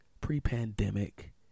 pre-pandemic